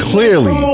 Clearly